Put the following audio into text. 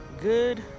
Good